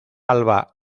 alba